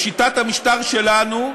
בשיטת המשטר שלנו,